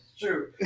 True